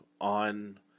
on